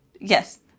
Yes